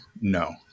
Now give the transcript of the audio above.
no